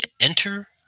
Enter